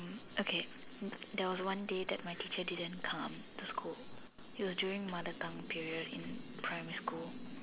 okay there was one day that my teacher didn't come school it was during mother tongue period in primary school